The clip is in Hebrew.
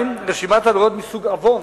"(2) רשימת עבירות מסוג עוון